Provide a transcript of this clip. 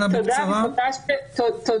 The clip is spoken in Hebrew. תודה שאתם נותנים לי את ההזדמנות.